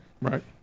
Right